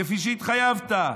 כפי שהתחייבת.